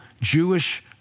Jewish